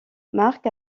marc